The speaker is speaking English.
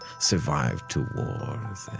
survived two wars